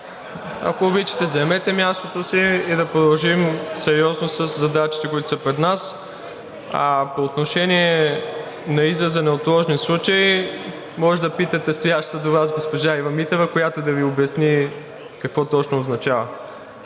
Ако обичате, заемете мястото си и да продължим сериозно със задачите, които са пред нас. А по отношение на израза „неотложни случаи“ може да питате стоящата до Вас госпожа Ива Митева, която да Ви обясни какво точно означава.